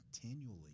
continually